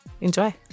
enjoy